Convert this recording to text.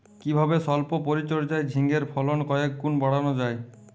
কিভাবে সল্প পরিচর্যায় ঝিঙ্গের ফলন কয়েক গুণ বাড়ানো যায়?